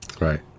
Right